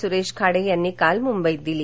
सुरेश खाडे यांनी काल मुंबईत दिली